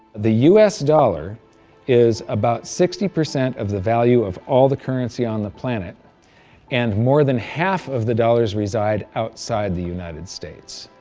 the us dollar is about sixty percent of the value of all the currency on the planet and more than half of the dollars reside outside the united states